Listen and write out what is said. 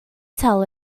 tell